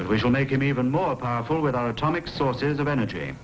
will make him even more powerful without atomic sources of energy